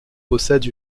possède